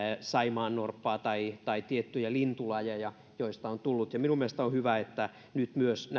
saimaannorppaa tai tai tiettyjä lintulajeja minun mielestäni on hyvä että nyt myös